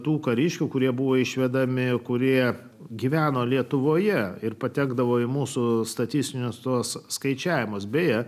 tų kariškių kurie buvo išvedami kurie gyveno lietuvoje ir patekdavo į mūsų statistinius tuos skaičiavimus beje